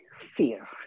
fear